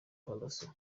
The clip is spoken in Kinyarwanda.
pallaso